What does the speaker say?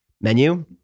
menu